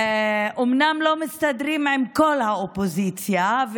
אומנם לא מסתדרים עם כל האופוזיציה,